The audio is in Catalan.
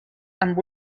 amb